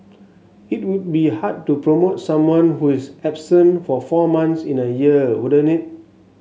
it would be hard to promote someone who is absent for four months in a year wouldn't it